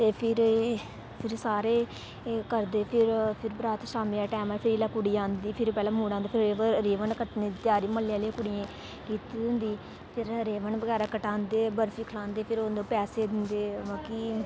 ते फिर सारे करदे फिर बरात शामी आहले टेंम उपर फिर जिसले कुड़ी आंदी फिर पैहले मुड़ा आंदा फिर रिबन कट्टने दी तैयारी म्हल्ले आहली कुडि़यें कीती दीं होंदी ते फिर रिबन बगैरा कटांदे बर्फी खलांदे फिर उनेंगी पैसे दिंदे मतलब कि